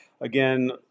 again